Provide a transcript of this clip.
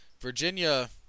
Virginia